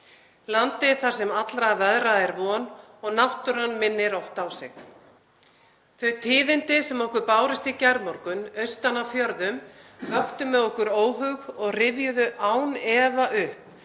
landi þar sem allra veðra er von og náttúran minnir oft á sig. Þau tíðindi sem okkur bárust í gærmorgun austan af fjörðum vöktu með okkur óhug og rifjuðu án efa upp